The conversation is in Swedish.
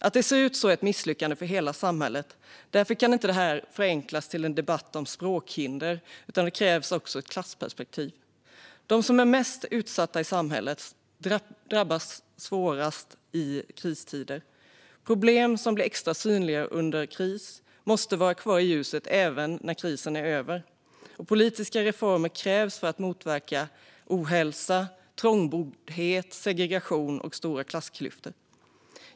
Att det ser ut så är ett misslyckande för hela samhället. Därför kan inte detta förenklas till en debatt om språkhinder, utan det krävs också ett klassperspektiv. De som är mest utsatta i samhället drabbas hårdast i kristider. Problem som blir extra synliga under kris måste vara kvar i ljuset även när krisen är över, och politiska reformer krävs för att motverka ohälsa, trångboddhet, segregation och stora klassklyftor.